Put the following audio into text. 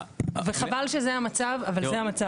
וחבל שזה המצב, אבל זה המצב.